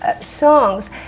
songs